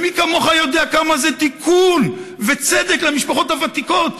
ומי כמוך יודע כמה זה תיקון וצדק למשפחות הוותיקות,